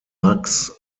max